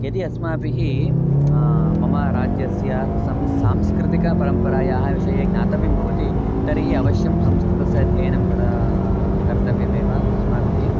यदि अस्माभिः मम राज्यस्य संस् सांस्कृतिकपरम्परायाः विषये ज्ञातव्यं भवति तर्हि अवश्यं संस्कृतस्य अध्ययनं कर्तं कर्तव्यमेव अस्माभिः